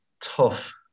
tough